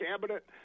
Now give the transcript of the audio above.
cabinet